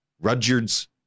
Rudyard's